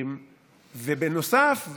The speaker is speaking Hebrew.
בנוסף,